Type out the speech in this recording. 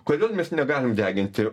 kodėl mes negalim deginti